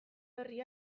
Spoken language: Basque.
berri